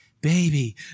baby